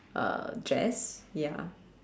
uh dress ya